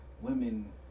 Women